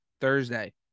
Thursday